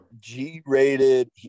G-rated